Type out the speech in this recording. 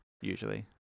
usually